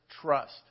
trust